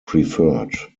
preferred